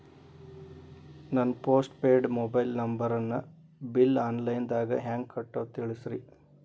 ನನ್ನ postpaid mobile ನಂಬರನ್ನು bill online ದಾಗ ಹೆಂಗ್ ಕಟ್ಟೋದು ತಿಳಿಸ್ರಿ